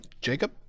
Jacob